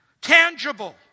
tangible